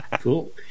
Cool